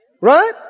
Right